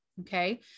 Okay